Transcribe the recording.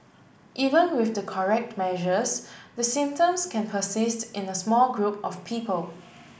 even with the correct measures the symptoms can persist in a small group of people